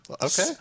Okay